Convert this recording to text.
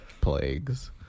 plagues